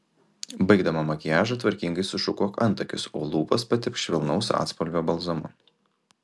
baigdama makiažą tvarkingai sušukuok antakius o lūpas patepk švelnaus atspalvio balzamu